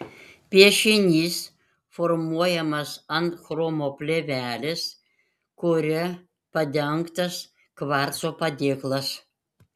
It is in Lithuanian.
piešinys formuojamas ant chromo plėvelės kuria padengtas kvarco padėklas